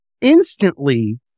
Instantly